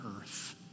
earth